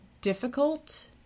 difficult